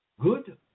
good